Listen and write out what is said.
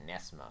Nesma